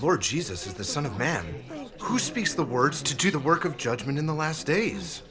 lord jesus is the son of man who speaks the words to do the work of judgment in the last days